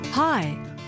Hi